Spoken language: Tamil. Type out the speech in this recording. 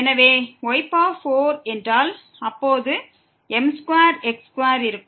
எனவே y4 என்றால் அப்போது m2x2 இருக்கும்